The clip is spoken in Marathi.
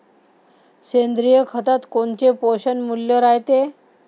सेंद्रिय खतात कोनचे पोषनमूल्य रायते?